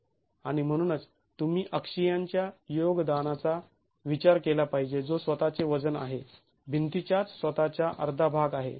आणि म्हणूनच तुम्ही अक्षीयांच्या योगदानाचा विचार केला पाहिजे जो स्वतःचे वजन आहे भिंतीच्याच स्वतःच्या अर्धा भाग आहे